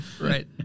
Right